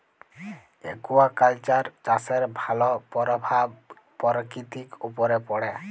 aquaculture চাষের ভালো পরভাব পরকিতির উপরে পড়ে